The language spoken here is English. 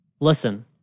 listen